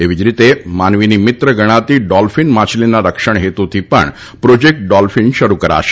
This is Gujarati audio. એવી જ રીતે માનવીની મિત્ર ગણાતી ડોલ્ફીન માછલીના રક્ષણ હેતુથી પણ પ્રોજેક્ટ ડોલ્ફીન શરૂ કરાશે